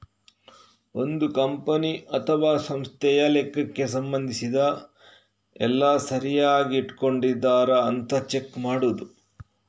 ಒಂದು ಕಂಪನಿ ಅಥವಾ ಸಂಸ್ಥೆಯ ಲೆಕ್ಕಕ್ಕೆ ಸಂಬಂಧಿಸಿದ ಎಲ್ಲ ಸರಿಯಾಗಿ ಇಟ್ಕೊಂಡಿದರಾ ಅಂತ ಚೆಕ್ ಮಾಡುದು